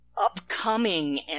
upcoming